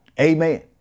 Amen